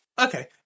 okay